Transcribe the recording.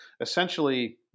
essentially